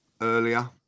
earlier